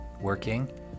working